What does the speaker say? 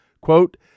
quote